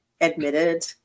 admitted